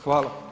Hvala.